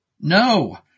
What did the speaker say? No